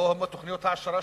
לא תוכניות העשרה,